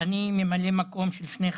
אני ממלא מקום של שני ח"כים,